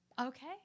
Okay